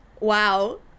Wow